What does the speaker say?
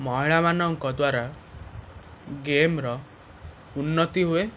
ମହିଳାମାନଙ୍କ ଦ୍ଵାରା ଗେମ୍ର ଉନ୍ନତି ହୁଏ